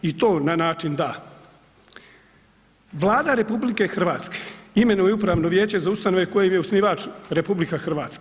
I to na način da Vlada RH imenuje upravno vijeće za ustanove kojem je osnivač RH.